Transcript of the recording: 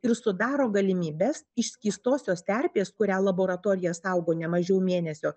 ir sudaro galimybes iš skystosios terpės kurią laboratorija saugo ne mažiau mėnesio